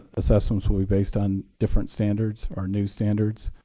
assessments will be based on different standards or new standards.